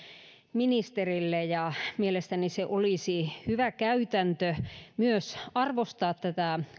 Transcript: ministerille ja mielestäni se olisi hyvä käytäntö myös arvostaa tätä